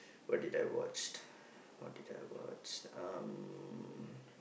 what did I watch what did I watch um